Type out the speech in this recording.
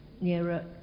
nearer